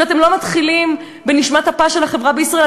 שאתם לא מתחילים בנשמת אפה של החברה בישראל.